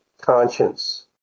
conscience